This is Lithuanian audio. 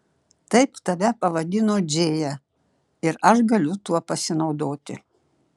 taip tave pavadino džėja ir aš galiu tuo pasinaudoti